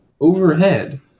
overhead